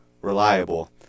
reliable